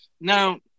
now